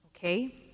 Okay